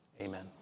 Amen